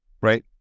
right